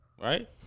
Right